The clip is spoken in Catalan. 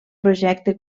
projecte